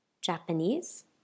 Japanese